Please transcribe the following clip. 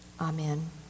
amen